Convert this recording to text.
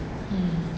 mm